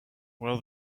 well